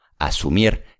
Asumir